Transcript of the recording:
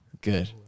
Good